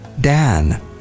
Dan